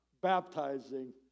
baptizing